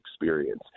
experience